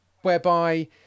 whereby